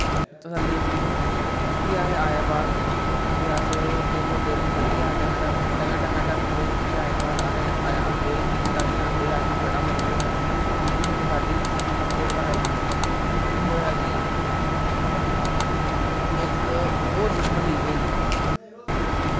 तसल्ली दी फिल्म फ्ही अस आए बाह्र फ्ही अस परतियै केह् आखदे परतियै घैंटा अद्धा घैंटा घूमे फ्ही आए घर आंदे गै केह् कीता आंदे गै बैडा पर फ्ही रुट्टी शुट्टी खाद्दी फ्ही घर आइयै फिर एह् ऐ कि इक होर फिल्म रलीज़ होई